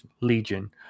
legion